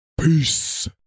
peace